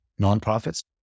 nonprofits